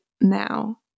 now